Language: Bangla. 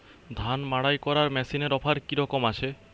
ধান মাড়াই করার মেশিনের অফার কী রকম আছে?